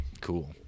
cool